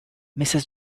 mrs